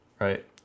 Right